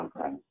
Okay